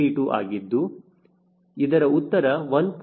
732 ಆಗಿದ್ದು ಇದರ ಉತ್ತರ 1